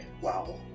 wow